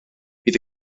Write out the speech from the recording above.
bydd